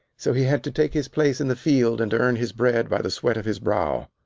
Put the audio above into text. so he had to take his place in the field and earn his bread by the sweat of his brow.